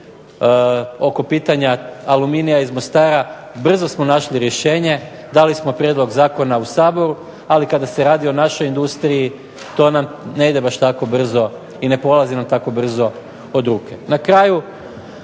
oko pitanja aluminija iz Mostara brzo smo našli rješenje. Dali smo prijedlog zakona u Sabor. Ali kada se radi o našoj industriji to nam ne ide baš tako brzo i ne polazi nam tako brzo od ruke.